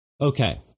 Okay